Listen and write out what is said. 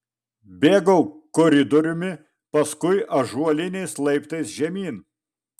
bėgau koridoriumi paskui ąžuoliniais laiptais žemyn